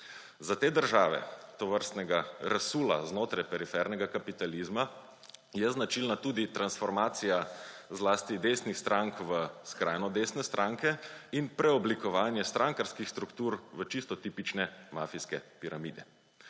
Za te države tovrstnega razsula znotraj perifernega kapitalizma je značilna tudi transformacija zlasti desnih strank v skrajno desne stranke in preoblikovanje strankarskih struktur v čisto tipične mafijske piramide.